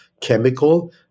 chemical